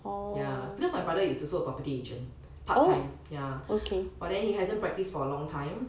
ya because my brother is also a property agent part time ya but then he hasn't practised for a long time